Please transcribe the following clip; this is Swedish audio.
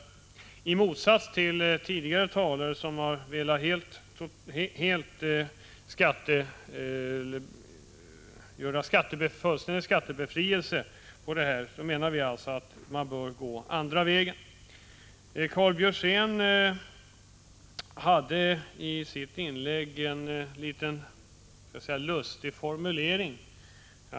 Vi menar att man bör gå en annan väg än den som föreslagits av de föregående talarna, vilka förordat fullständig skattebefrielse härvidlag. Karl Björzén hade i sitt inlägg en litet lustig formulering.